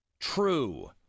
true